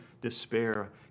despair